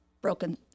broken